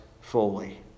fully